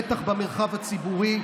בטח במרחב הציבורי.